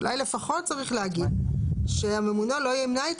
אולי לפחות צריך להגיד שהממונה לא ימנע את